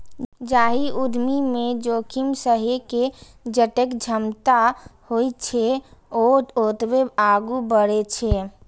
जाहि उद्यमी मे जोखिम सहै के जतेक क्षमता होइ छै, ओ ओतबे आगू बढ़ै छै